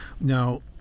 Now